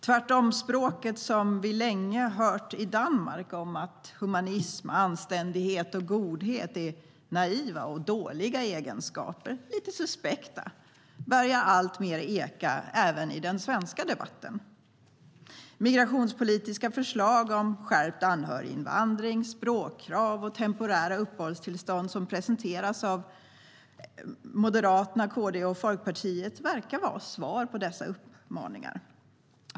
Tvärtomspråket, som vi länge hört i Danmark, om att humanism, anständighet och godhet är naiva och dåliga egenskaper, lite suspekta, börjar alltmer eka även i den svenska debatten. Migrationspolitiska förslag om skärpt anhöriginvandring, språkkrav och temporära uppehållstillstånd som presenterats av Moderaterna, Kristdemokraterna och Folkpartiet verkar vara svar på dessa uppmaningar.